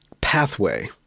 pathway